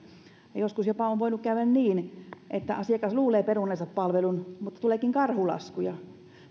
ja joskus on voinut käydä jopa niin että asiakas luulee peruneensa palvelun mutta tuleekin karhulaskuja